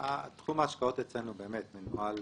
תחום ההשקעות אצלנו מנוהל